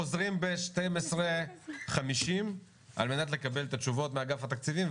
חוזרים בשעה 12:50 על מנת לקבל את התשובות מאגף התקציבים.